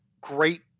great